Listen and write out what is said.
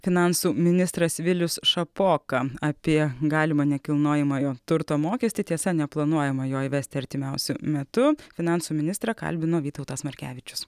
finansų ministras vilius šapoka apie galimą nekilnojamojo turto mokestį tiesa neplanuojama jo įvesti artimiausiu metu finansų ministrą kalbino vytautas markevičius